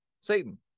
Satan